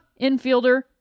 infielder